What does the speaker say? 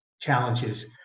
challenges